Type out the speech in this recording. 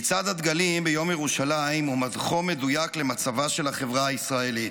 "מצעד הדגלים ביום ירושלים הוא מדחום מדויק למצבה של החבר הישראלית.